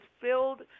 filled